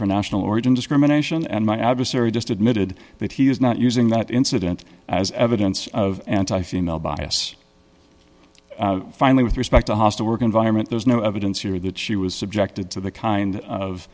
for national origin discrimination and my adversary just admitted that he is not using that incident as evidence of anti female bias finally with respect to a hostile work environment there is no evidence here that she was subjected to the kind of